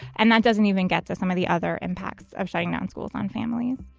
and that doesn't even get to some of the other impacts of shutting down schools on families